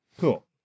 Cool